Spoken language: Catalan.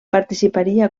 participaria